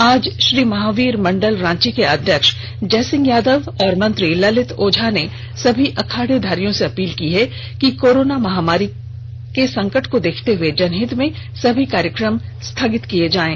आज श्री महावीर मंडल रांची के अध्यक्ष जय सिंह यादव और मंत्री ललित ओझा ने सभी अखाड़ेधारियों से अपील की है कि कोरोना के महामारी संकट को देखते हुए जनहित में सभी कार्यक्रम को स्थगित करें